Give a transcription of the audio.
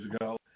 ago